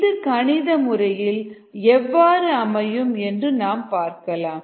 இது கணித முறையில் எவ்வாறு அமையும் என்று நாம் பார்க்கலாம்